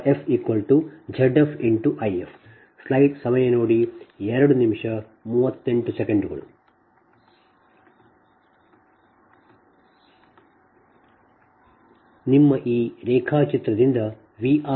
ನಿಮ್ಮ ಈ ರೇಖಾಚಿತ್ರದಿಂದ V rf ಆ ದೋಷ ವಿದ್ಯುತ್ಅನ್ನು I f ಮತ್ತು ಇದು Z f ಎಂದು ನೀವು ಬರೆದರೆ